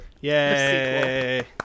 Yay